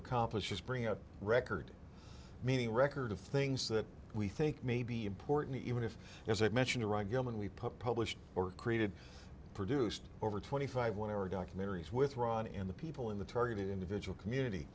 accomplish is bringing out record meaning record of things that we think may be important even if as i mentioned gilman we published or created produced over twenty five whatever documentaries with ron and the people in the targeted individual community